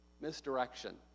Misdirection